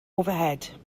overhead